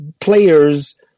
players